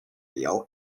wheel